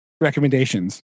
recommendations